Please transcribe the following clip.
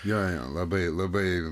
jo jo labai labai